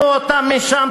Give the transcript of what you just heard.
תוציאו אותם משם,